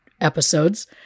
episodes